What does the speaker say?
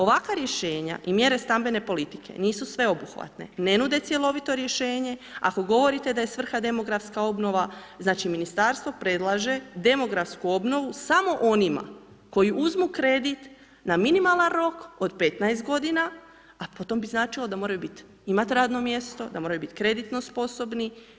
Ovakva rješenja i mjere stambene politike nisu sveoubuhvatne, ne nude cjelovito rješenje ako govorite da je svrha demografska obnova, znači Ministarstvo predlaže demografsku obnovu samo onima koji uzmu kredit na minimalan rok od 15 godina, a po tom bi značilo da moraju imat radno mjesto, da moraju bit kreditno sposobni.